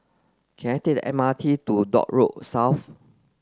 can I take the M R T to Dock Road South